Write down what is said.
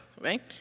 right